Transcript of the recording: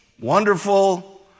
wonderful